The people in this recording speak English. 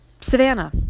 Savannah